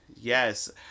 Yes